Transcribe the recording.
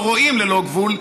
או רואים ללא גבול,